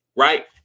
Right